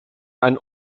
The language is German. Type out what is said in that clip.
einen